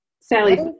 Sally